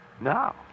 Now